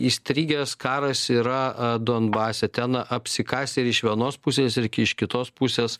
įstrigęs karas yra donbase ten apsikasę ir iš vienos pusės ir iš kitos pusės